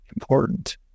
important